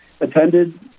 attended